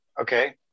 okay